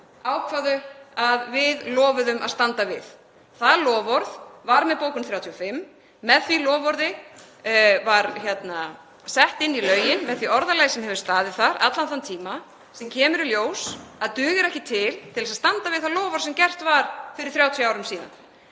ákváðu að við myndum lofa að standa við. Það loforð var með bókun 35. Það loforð var sett inn í lögin með því orðalagi sem hefur staðið þar allan þann tíma en sem kemur í ljós að dugir ekki til til þess að standa við það loforð sem gefið var fyrir 30 árum.